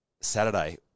Saturday